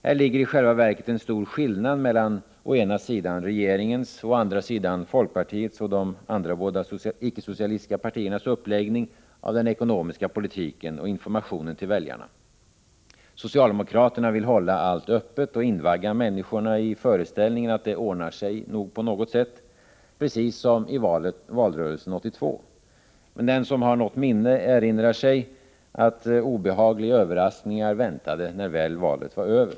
Här ligger i själva verket en stor skillnad mellan å ena sidan regeringens och å andra sidan folkpartiets och de andra icke-socialistiska partiernas uppläggning av den ekonomiska politiken och informationen till väljarna. Socialdemokraterna vill hålla allt öppet och invagga människorna i föreställningen att det ordnar sig på något sätt — precis som i valrörelsen 1982. Men den som har något minne erinrar sig att obehagliga överraskningar väntade när valet väl var över.